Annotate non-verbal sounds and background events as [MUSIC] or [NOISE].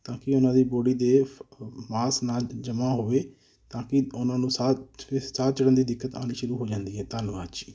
ਤਾਂ ਕਿ ਉਹਨਾਂ ਦੀ ਬੋਡੀ 'ਤੇ ਫ ਮਾਸ ਨਾ ਜਮ੍ਹਾ ਹੋਵੇ ਤਾਂ ਕਿ ਉਹਨਾਂ ਨੂੰ ਸਾਹ [UNINTELLIGIBLE] ਚੜਨ ਦੀ ਦਿੱਕਤ ਆਉਣੀ ਸ਼ੁਰੂ ਹੋ ਜਾਂਦੀ ਹੈ ਧੰਨਵਾਦ ਜੀ